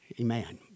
Amen